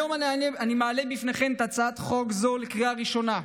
היום אני מעלה בפניכם את הצעת חוק זו לקריאה ראשונה.